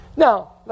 Now